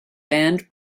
band